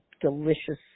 delicious